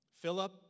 Philip